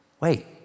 Wait